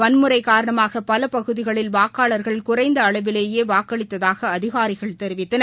வன்முறை காரணமாக பல பகுதிகளில் வாக்காளர்கள் குறைந்த அளவிலேயே வாக்களித்ததாக அதிகாரிகள் தெரிவித்தனர்